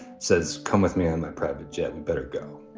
says, come with me on my private jet. and better go